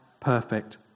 perfect